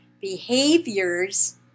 behaviors